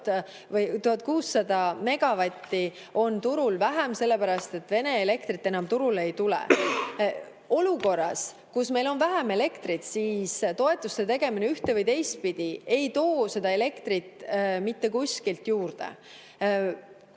1600 megavatti ja turul on elektrit vähem, sellepärast et Vene elektrit turule enam ei tule. Olukorras, kus meil on vähem elektrit, toetuste tegemine ühte- või teistpidi ei too seda elektrit mitte kuskilt juurde.